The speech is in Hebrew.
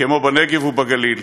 כמו בנגב ובגליל.